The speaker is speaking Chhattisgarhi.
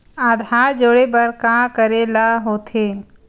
आधार जोड़े बर का करे ला होथे?